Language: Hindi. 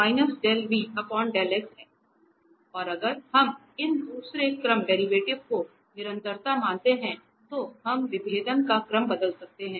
अब अगर हम इन दूसरे क्रम डेरिवेटिव की निरंतरता मानते हैं तो हम विभेदन का क्रम बदल सकते हैं